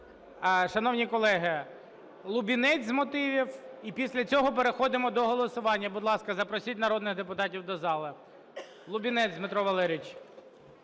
Шановні колеги, Лубінець – з мотивів. І після цього переходимо до голосування. Будь ласка, запросіть народних депутатів до зали. Лубінець Дмитро Валерійович.